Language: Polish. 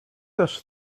też